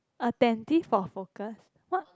attentive for focus what